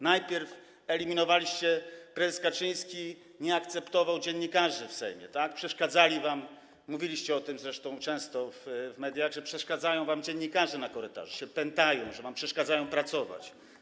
Najpierw eliminowaliście, prezes Kaczyński nie akceptował dziennikarzy w Sejmie, przeszkadzali wam, mówiliście o tym zresztą często w mediach, że przeszkadzają wam dziennikarze na korytarzach, że się pętają, że wam przeszkadzają pracować.